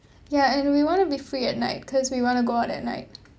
ya and we want to be free at night because we want to go out at night